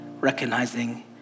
Recognizing